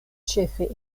ĉefe